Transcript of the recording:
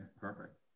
Perfect